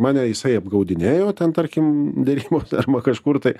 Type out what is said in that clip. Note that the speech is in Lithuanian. mane jisai apgaudinėjo ten tarkim derybose arba kažkur tai